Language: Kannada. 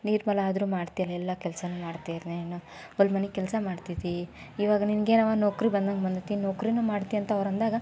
ಆದರೂ ಮಾಡ್ತಿಯಲ್ಲ ಎಲ್ಲ ಕೆಲಸನೂ ಮಾಡ್ತೀಯಲ್ಲ ನೀನು ಹೊಲ ಮನೆ ಕೆಲಸ ಮಾಡ್ತಿದ್ದಿ ಇವಾಗ ನಿನಗೆ ನೌಕರಿ ಬಂದಂಗೆ ಬಂದೈತಿ ನೌಕ್ರಿನೂ ಮಾಡ್ತೀಯಂತ ಅವರಂದಾಗ